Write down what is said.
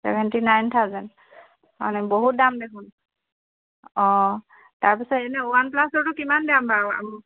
seventy nine thousand হয় নে বহুত দাম দেখোন অঁ তাৰপিছত এনেই ৱান প্লাছৰতো কিমান দাম বাাৰু আৰু